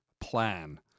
plan